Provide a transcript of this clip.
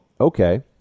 okay